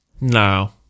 No